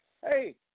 hey